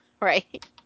Right